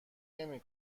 نمی